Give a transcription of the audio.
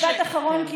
משפט אחרון,